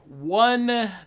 One